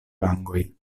vangoj